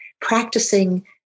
practicing